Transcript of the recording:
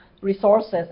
resources